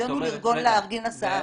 תפקידנו לארגון הסעה.